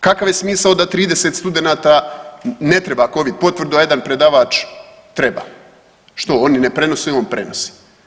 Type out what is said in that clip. Kakav je smisao da 30 studenata ne treba covid potvrdu, a jedan predavač treba, što oni ne prenose, on prenosi?